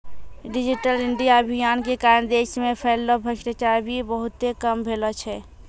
digital India अभियान के कारण देश मे फैल्लो भ्रष्टाचार भी बहुते कम भेलो छै